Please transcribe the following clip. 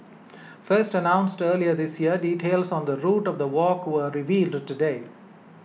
first announced earlier this year details on the route of the walk were revealed today